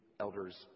elders